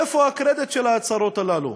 איפה הקרדיט של ההצהרות הללו.